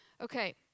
Okay